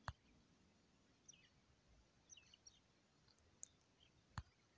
मुंगाच्या चांगल्या वाढीसाठी अस उत्पन्नासाठी का कराच पायजे?